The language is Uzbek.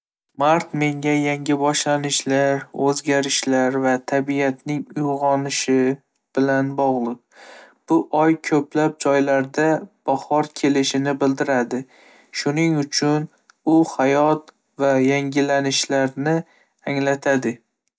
Mart menga yangi boshlanishlar, o'zgarishlar va tabiatning uyg'onishi bilan bog'liq. Bu oy ko'plab joylarda bahor kelishini bildiradi, shuning uchun u hayot va yangilanishni anglatadi.